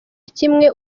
kimwe